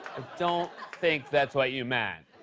don't think that's what you meant.